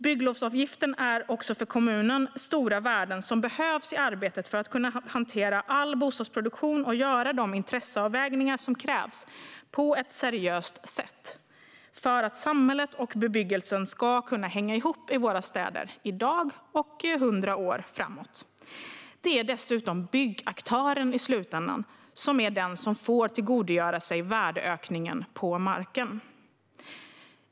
Bygglovsavgifterna innebär stora värden för kommunerna och behövs i arbetet för att hantera all bostadsproduktion och för att på ett seriöst sätt göra de intresseavvägningar som krävs så att samhälle och bebyggelse ska hänga ihop i våra städer i dag och hundra år framåt. Det är dessutom byggaktören som i slutändan får tillgodogöra sig värdeökningen av marken.